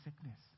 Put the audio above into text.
sickness